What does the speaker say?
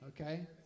Okay